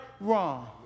Wrong